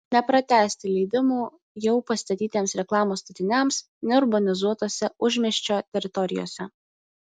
nepratęsti leidimų jau pastatytiems reklamos statiniams neurbanizuotose užmiesčio teritorijose